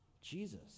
Jesus